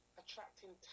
attracting